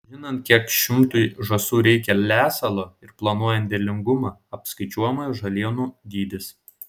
žinant kiek šimtui žąsų reikia lesalo ir planuojant derlingumą apskaičiuojamas žalienų dydis